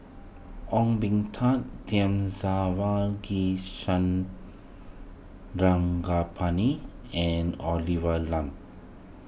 Ong Tat Thamizhavel G Sarangapani and Olivia Lum